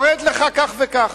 יורד לך כך וכך.